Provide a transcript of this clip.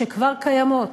שכבר קיימות.